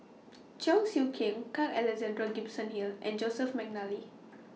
Cheong Siew Keong Carl Alexander Gibson Hill and Joseph Mcnally